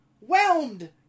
whelmed